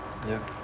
yup